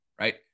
right